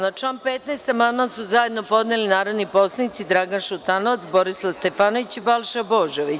Na član 15. amandman su zajedno podneli narodni poslanici Dragan Šutanovac, Borislav Stefanović i Balša Božović.